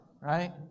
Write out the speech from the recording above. right